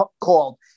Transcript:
called